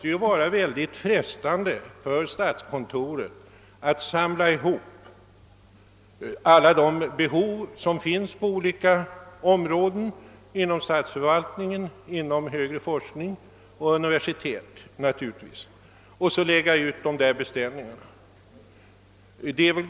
Det måste vara oerhört frestande för statskontoret att kunna samla ihop alla de behov som finns inom statsförvaltningen och vid universiteten och sedan lägga ut stora beställningar på en hand.